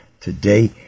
today